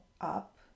up